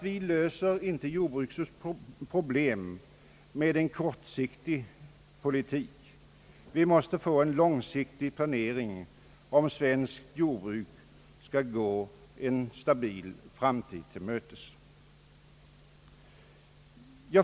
Vi löser inte jordbrukets problem med en kortsiktig politik. Vi måste få en långsiktig planering om svenskt jordbruk skall gå en stabil framtid till mötes.